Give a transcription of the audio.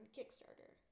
Kickstarter